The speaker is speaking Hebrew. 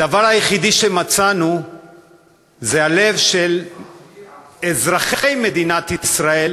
הדבר היחידי שמצאנו זה הלב של אזרחי מדינת ישראל,